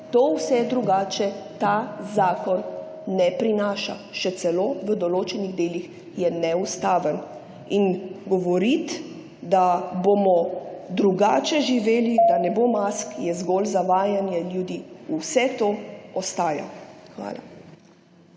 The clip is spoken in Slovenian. vsega drugače ta zakon ne prinaša, v določenih delih je še celo neustaven. In govoriti, da bomo drugače živeli, da ne bo mask, je zgolj zavajanje ljudi – vse to ostaja. Hvala.